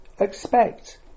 expect